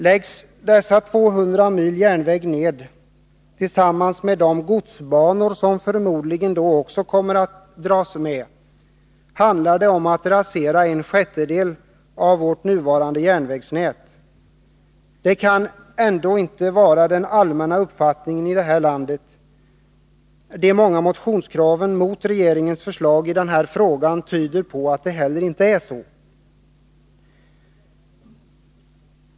Läggs dessa 200 mil järnväg ned tillsammans med de godsbanor som förmodligen då också kommer att dras med, handlar det om att rasera en sjättedel av vårt nuvarande järnvägsnät. Det kan ändå inte vara den allmänna uppfattningen i det här landet. De många motionskraven mot regeringens förslag i denna fråga tyder på att det heller inte är så.